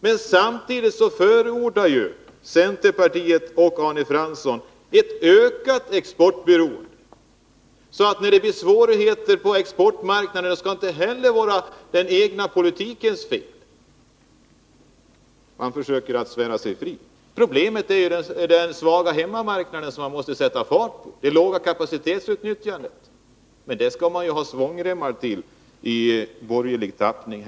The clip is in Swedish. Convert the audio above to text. Men samtidigt förordar centerpartiet och Arne Fransson ett ökat exportberoende, så att det när det blir svårigheter på arbetsmarknaden inte är den egna politikens fel. Man försöker svära sig fri. Problemet är den svaga hemmamarknaden och det låga kapacitetsutnyttjandet, som man måste sätta fart på. Men det skall man ha svångremmar till i borgerlig tappning.